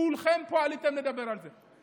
כולכם עליתם פה לדבר על זה.